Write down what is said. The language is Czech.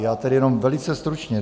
Já tedy jenom velice stručně.